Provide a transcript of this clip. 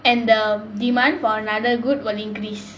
and the demand for another good will increase